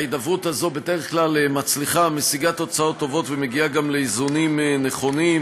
ההידברות הזאת בדרך כלל משיגה תוצאות טובות ומגיעה גם לאיזונים נכונים.